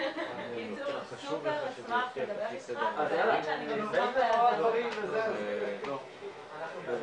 בטח ביחס להפללה, ואני מקווה שהיא